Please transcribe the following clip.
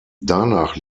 danach